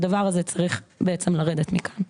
הדבר הזה צריך בעצם לרדת מכאן.